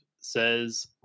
says